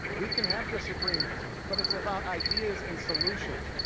we can have disagreements. but it's about ideas and solutions.